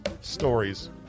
stories